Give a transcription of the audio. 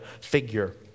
figure